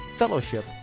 fellowship